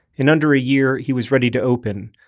in under a year, he was ready to open,